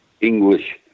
English